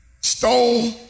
Stole